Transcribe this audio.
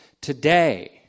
Today